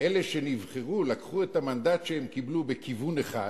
אלה שנבחרו לקחו את המנדט שהם קיבלו בכיוון אחד